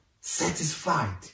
satisfied